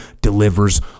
delivers